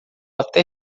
até